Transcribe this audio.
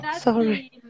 sorry